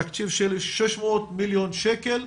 תקציב של 600 מיליון שקל,